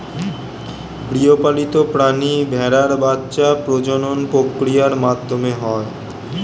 গৃহপালিত প্রাণী ভেড়ার বাচ্ছা প্রজনন প্রক্রিয়ার মাধ্যমে হয়